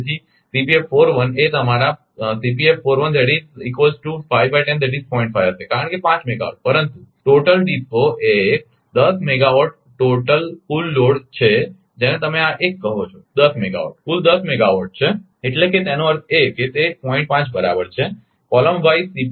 તેથી એ તમારા હશે કારણ કે 5 મેગાવાટ પરંતુ કુલ ડિસ્કો એ 10 મેગાવાટ લોડ કુલ છે જેને તમે આ 1 કહો છો 10 મેગાવાટ કુલ 10 મેગાવોટ છે એટલે કે તેનો અર્થ એ છે કે તે 0